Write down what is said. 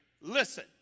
listen